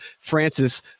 Francis